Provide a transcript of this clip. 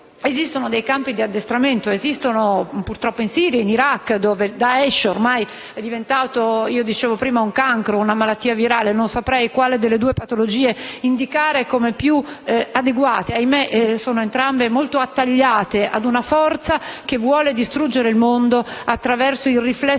esistono dei campi di addestramento in Siria e in Iraq dove Daesh è diventato, come dicevo prima, un cancro o una malattia virale. Non saprei quale delle due patologie indicare come più adeguata, perché sono entrambe attagliate ad una forza che vuole distruggere il mondo attraverso il riflesso